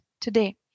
today